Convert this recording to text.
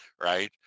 right